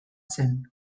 zen